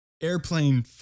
Airplane